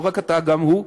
לא רק אתה, גם הוא.